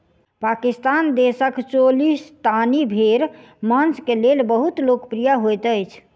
पाकिस्तान देशक चोलिस्तानी भेड़ मांस के लेल बहुत लोकप्रिय होइत अछि